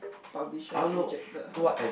publishers rejected her